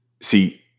see